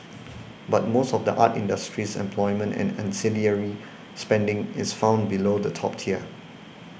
but most of the art industry's employment and ancillary spending is found below the top tier